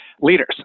leaders